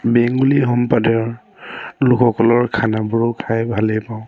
বেংগলী সম্প্ৰদায়ৰ লোকসকলৰ খানাবোৰো খাই ভালেই পাওঁ